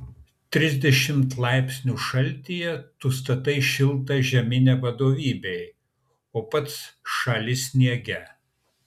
trisdešimt laipsnių šaltyje tu statai šiltą žeminę vadovybei o pats šąli sniege